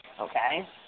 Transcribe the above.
Okay